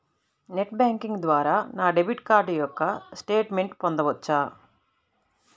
Net banking ద్వారా నా debit card యొక్క స్టేట్మెంట్ పొందవచ్చా?